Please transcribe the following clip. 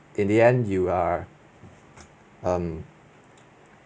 in the end you are um